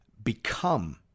become